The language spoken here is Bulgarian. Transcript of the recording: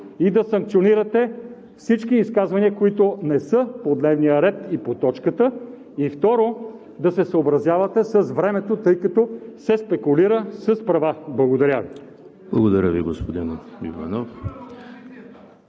и да санкционирате всички изказвания, които не са по дневния ред и по точката. Второ, да се съобразявате с времето, тъй като се спекулира с права. Благодаря Ви. ПРЕДСЕДАТЕЛ ЕМИЛ ХРИСТОВ: Благодаря Ви, господин Иванов.